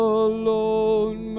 alone